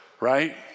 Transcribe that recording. right